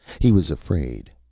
he was afraid,